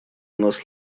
нас